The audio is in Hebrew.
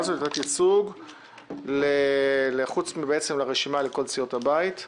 הזאת לתת ייצוג ברשימה לכל סיעות הבית.